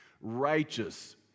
righteous